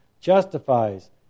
justifies